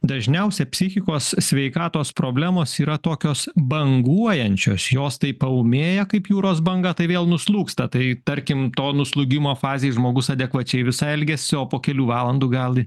dažniausia psichikos sveikatos problemos yra tokios banguojančios jos tai paūmėja kaip jūros banga tai vėl nuslūgsta tai tarkim to nuslūgimo fazėj žmogus adekvačiai visai elgiasi o po kelių valandų gal